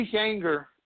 anger